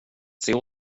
säg